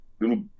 little